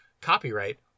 Copyright